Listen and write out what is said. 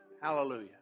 Hallelujah